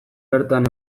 bertan